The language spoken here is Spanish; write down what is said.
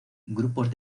grupos